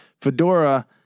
Fedora